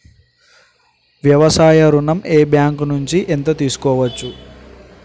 వ్యవసాయ ఋణం ఏ బ్యాంక్ నుంచి ఎంత తీసుకోవచ్చు?